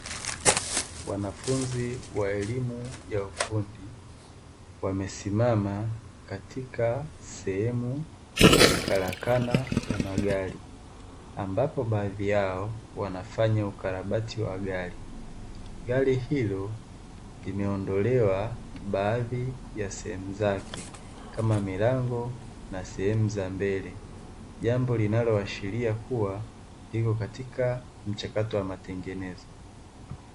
Wanafunzi wa elimu ya ufundi wamesimama katika sehemu ya karakana ya magari